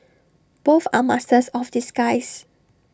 both are masters of disguise